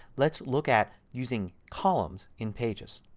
let's look at using columns in pages.